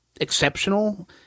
exceptional